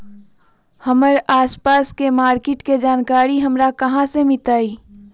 हमर आसपास के मार्किट के जानकारी हमरा कहाँ से मिताई?